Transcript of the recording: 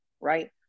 right